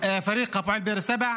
מירב בן ארי,